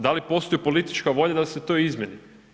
Da li postoji politička volja da se to izmijeni?